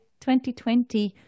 2020